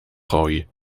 gooien